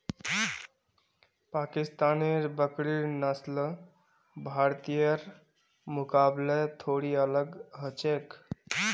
पाकिस्तानेर बकरिर नस्ल भारतीयर मुकाबले थोड़ी अलग ह छेक